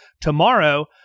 tomorrow